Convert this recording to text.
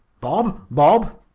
bob! bob!